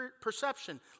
perception